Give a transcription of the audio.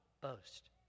boast